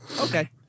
Okay